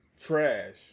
Trash